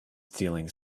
stealing